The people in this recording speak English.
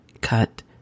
cut